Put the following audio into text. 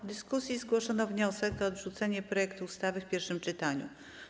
W dyskusji zgłoszono wniosek o odrzucenie projektu ustawy w pierwszym czytaniu.